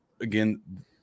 again